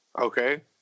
Okay